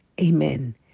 Amen